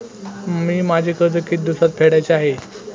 मी माझे कर्ज किती दिवसांत फेडायचे आहे?